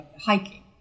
hiking